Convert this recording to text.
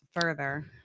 further